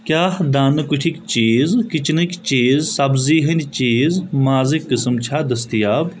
کیٛاہ دانہٕ کُٹھِکۍ چیٖز کِچنٕکۍ چیٖزسبزی ہٕنٛدۍ چیٖزمازٕکۍ قٕسٕم چھا دٔستیاب